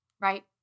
Right